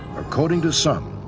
according to some,